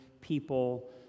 people